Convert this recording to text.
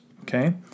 Okay